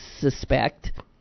suspect